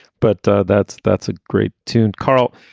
but that's that's a great tune. carl,